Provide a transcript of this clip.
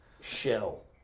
shell